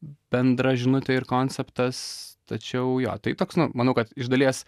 bendra žinutė ir konceptas tačiau jo tai toks nu manau kad iš dalies